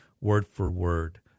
word-for-word